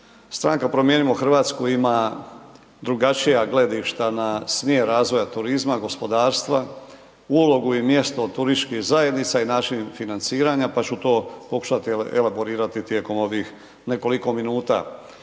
Stranka Promijenimo Hrvatsku ima drugačija gledišta na smjer razvoja turizma, gospodarstva, ulogu i mjesto turističkih zajednica i način financiranja, pa ću to pokušati elaborirati tijekom ovih nekoliko minuta.